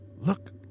Look